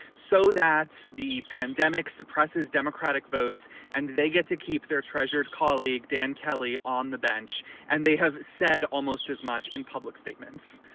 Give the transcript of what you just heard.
so that's the pandemic suppresses democratic votes and they get to keep their treasured colleague, dan kelly, on the bench and they have said almost as much in public statements